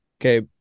Okay